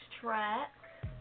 track